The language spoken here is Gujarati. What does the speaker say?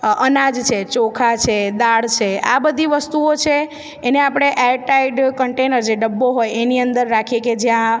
અનાજ છે ચોખા છે દાળ છે આ બધી વસ્તુઓ છે એને આપણે એરટાઈટ કન્ટેનર જે ડબ્બો હોય એની રાખીએ કે જ્યાં